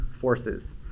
forces